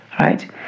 right